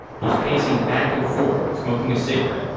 he's pacing back and forth, smoking a cigarette,